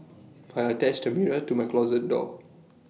I attached A mirror to my closet door